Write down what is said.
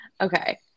Okay